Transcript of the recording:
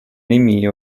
nimi